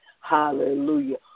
Hallelujah